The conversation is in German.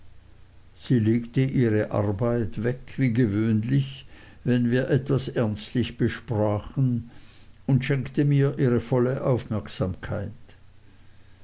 sie legte ihre arbeit weg wie gewöhnlich wenn wir etwas ernstlich besprachen und schenkte mir ihre volle aufmerksamkeit